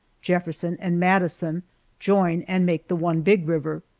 jefferson, and madison join and make the one big river.